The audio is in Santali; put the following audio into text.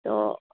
ᱛᱚ